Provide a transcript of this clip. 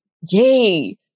yay